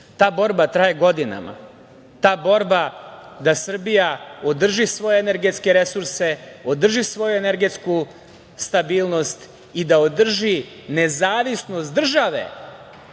Ta borba traje godinama, ta borba da Srbija održi svoje energetske resurse, održi svoju energetsku stabilnost i da održi nezavisnost države